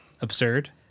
Absurd